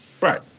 Right